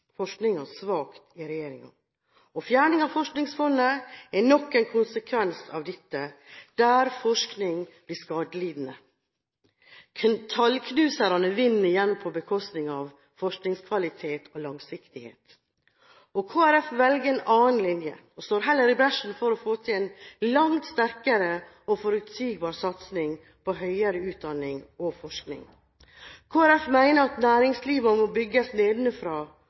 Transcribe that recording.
forskning. Det kan tyde på at Finansdepartementet står sterkt og forskningen svakt i regjeringen. Fjerningen av Forskningsfondet er nok en konsekvens av dette, der forskningen blir skadelidende. Tallknuserne vinner igjen på bekosting av forskningskvalitet og langsiktighet. Kristelig Folkeparti velger en annen linje og står heller i bresjen for å få til en langt sterkere og forutsigbar satsing på høyere utdanning og forskning. Kristelig Folkeparti mener at næringslivet må bygges